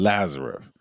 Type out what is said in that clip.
Lazarus